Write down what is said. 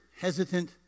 hesitant